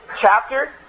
chapter